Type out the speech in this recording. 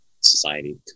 society